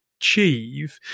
achieve